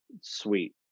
Sweet